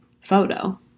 photo